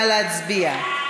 נא להצביע.